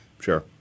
sure